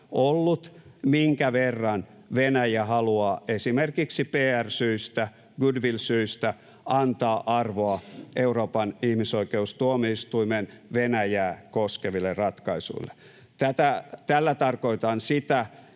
käsissä, minkä verran Venäjä haluaa esimerkiksi pr-syistä, goodwill-syistä, antaa arvoa Euroopan ihmisoikeustuomioistuimen Venäjää koskeville ratkaisuille. Tällä tarkoitan sitä,